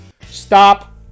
Stop